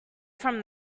from